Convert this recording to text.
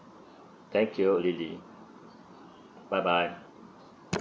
thank you lily bye bye